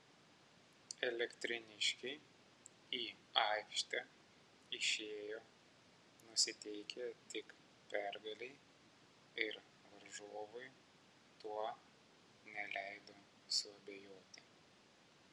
elektrėniškiai į aikštę išėjo nusiteikę tik pergalei ir varžovui tuo neleido suabejoti